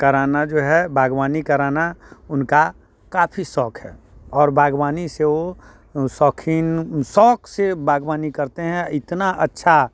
कराना जो है बागवानी कराना उनका काफ़ी शौक है और बागवानी से वो शौकीन शौक से बागवानी करते हैं इतना अच्छा